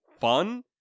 fun